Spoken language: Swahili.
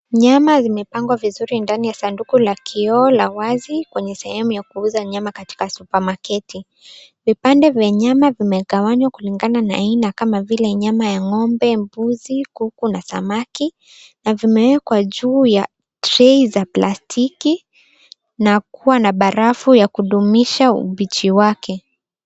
Nyama zimepangwa vizuri ndani ya sanduku la kioo la wazi kwenye sehemu ya kuuza nyama katika supamaketi. Vipande vya nyama vimegewanywa kulingana na aina kama vile nyama ya ng'ombe, kuku na samaki na vimewekwa juu ya trei za plastiki na kuwa na barafu ya kudumisha ubichi wake.